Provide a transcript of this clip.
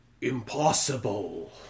Impossible